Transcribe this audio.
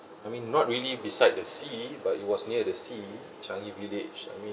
I mean not really beside the sea but it was near the sea changi village I mean